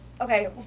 okay